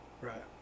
Right